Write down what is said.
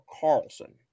Carlson